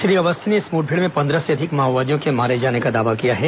श्री अवस्थी ने इस मुठभेड़ में पन्द्रह से अधिक माओवादियों के मारे जाने का दावा किया है